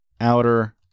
outer